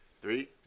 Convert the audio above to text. Three